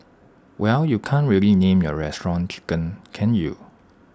well you can't really name your restaurant 'Chicken' can you